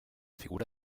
figura